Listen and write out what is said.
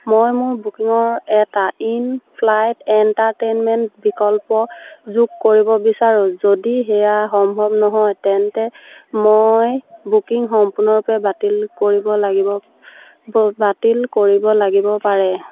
মই মোৰ বুকিঙৰ এটা ইন ফ্লাইট এণ্টাৰটে'নমেণ্ট বিকল্প যোগ কৰিব বিচাৰোঁ যদি সেয়া সম্ভৱ নহয় তেন্তে মই বুকিং সম্পূৰ্ণৰূপে বাতিল কৰিব লাগিব বাতিল কৰিব লাগিব পাৰে